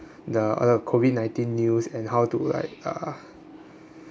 the all the COVID nineteen news and how to like uh